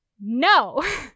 no